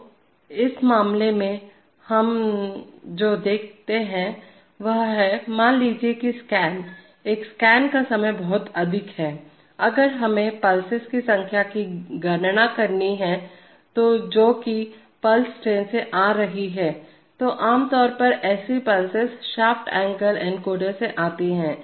तो इस मामले में हम जो देखते हैं वह है मान लीजिए कि स्कैन एक स्कैन का समय बहुत अधिक है अगर हमें पल्सेस की संख्या की गणना करनी है जो कि पल्स ट्रेन पर आ रही है तो आम तौर पर ऐसी पल्सेस शाफ्ट एंगल एनकोडर से आती हैं